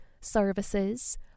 services